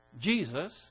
Jesus